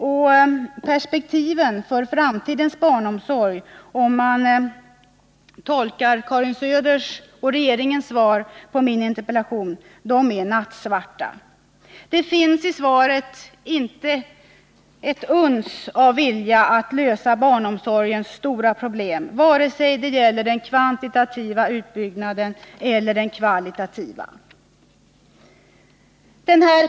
Och perspektiven för framtidens barnomsorg, om man tolkär Karin Söders och regeringens svar på min interpellation, är nattsvarta. Det finns i svaret inte ett uns av vilja att lösa barnomsorgens stora problem, vare sig den kvantitativa eller den kvalitativa utbyggnaden.